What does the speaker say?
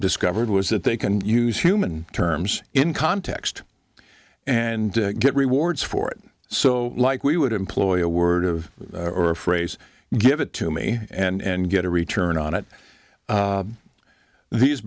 discovered was that they can use human terms in context and get rewards for it so like we would employ a word of or a phrase give it to me and get a return on it these